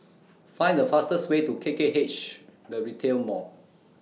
Find The fastest Way to K K H The Retail Mall